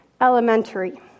elementary